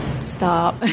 Stop